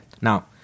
Now